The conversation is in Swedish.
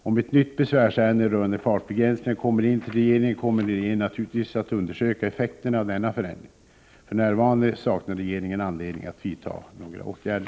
Om ett nytt besvärsärende rörande fartbegränsningarna kommer in till regeringen kommer regeringen naturligtvis att undersöka effekterna av denna förändring. För närvarande saknar regeringen anledning att vidta några åtgärder.